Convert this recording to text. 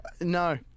No